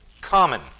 common